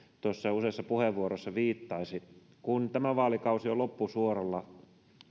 useassa puheenvuorossa viittasi kun tämä vaalikausi on loppusuoralla